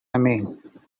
mean